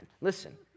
Listen